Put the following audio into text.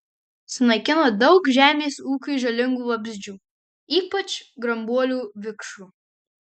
sunaikina daug žemės ūkiui žalingų vabzdžių ypač grambuolių vikšrų